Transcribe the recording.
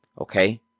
Okay